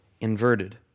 inverted